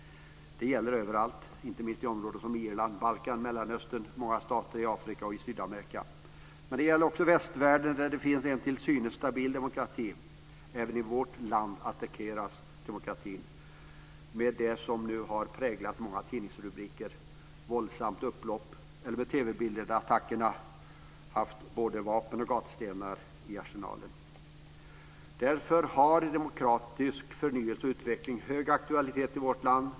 Det gäller överallt, inte minst områden som Irland, Balkan, Mellanöstern, många stater i Afrika och Sydamerika. Men det gäller också västvärlden, där det finns en till synes stabil demokrati. Även i vårt land attackeras demokratin, med det som nu har präglat många tidningsrubriker, som "våldsamt upplopp", eller TV-bilder där attackerna haft både vapen och gatstenar i arsenalen. Därför har demokratisk förnyelse och utveckling hög aktualitet i vårt land.